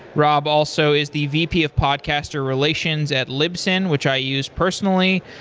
rob also is the vp of podcaster relations at libsyn, which i use personally.